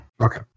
Okay